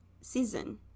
season